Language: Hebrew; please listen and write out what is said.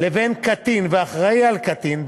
לבין קטין ואחראי לקטין,